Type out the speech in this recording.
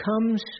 comes